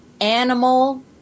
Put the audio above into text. Animal